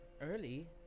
early